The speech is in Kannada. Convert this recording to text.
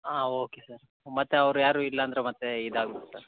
ಹಾಂ ಓಕೆ ಸರ್ ಮತ್ತು ಅವ್ರು ಯಾರೂ ಇಲ್ಲ ಅಂದರೆ ಮತ್ತೆ ಇದಾಗ್ಬುಡುತ್ತೆ